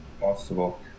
Possible